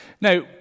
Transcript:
Now